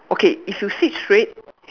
okay if you sit straight